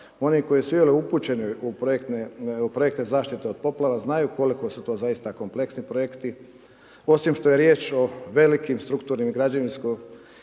Oni koji su, je li, upućeni u projektne, u projekte zaštite od poplava, znaju koliko su to zaista kompleksni projekti. Osim što je riječ o velikim strukturnim građevinsko